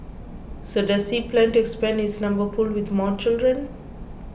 so does he plan to expand his number pool with more children